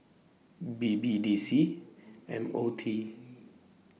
B B D C M O T